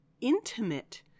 intimate